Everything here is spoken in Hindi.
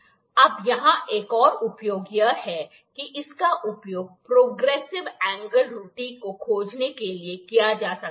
अब यहाँ एक और उपयोग यह है कि इसका उपयोग प्रोग्रेसिव एंगल त्रुटि को खोजने के लिए किया जा सकता है